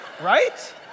Right